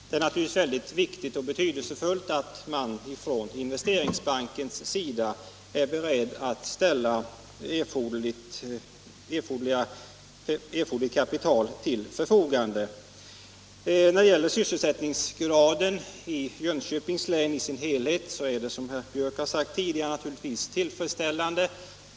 Det är naturligtvis mycket betydelsefullt att Investeringsbanken är beredd att ställa erforderligt kapital 141 till förfogande. Sysselsättningsgraden i Jönköpings län som helhet är — som herr Björck i Nässjö sagt tidigare — naturligtvis tillfredsställande.